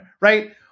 right